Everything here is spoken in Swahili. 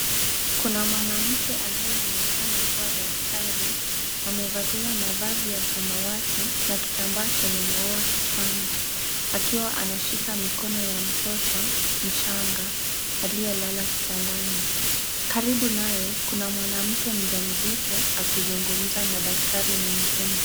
Kuna mwanamke anayeonekana kuwa daktari amevalia mavazi ya samawati na kitambaa chenye maua kichwani akiwa anashika mikono ya mtoto mchanga aliyelala kitandani. Karibu naye kuna mwanamke mjamzito akizungumza na daktari mwingine.